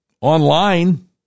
Online